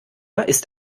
ist